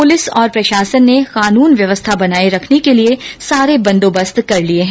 police और प्रशासन ने कानून व्यवस्था बनाए रखने के लिए सारे बंदोबस्त कर लिए है